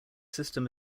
system